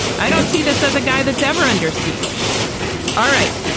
i don't see this as a guy that's ever under siege all right.